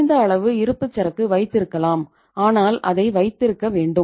குறைந்த அளவு இருப்புச்சரக்கு வைத்திருக்கலாம் ஆனால் அதை வைத்திருக்க வேண்டும்